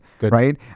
right